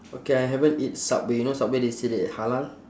okay I haven't eat subway you know subway they say that it halal